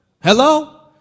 Hello